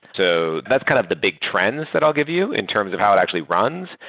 so that's kind of the big trends that i'll give you in terms of how it actually runs.